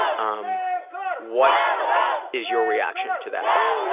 um what is your reaction to that thought?